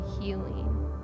healing